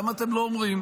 למה אתם לא אומרים?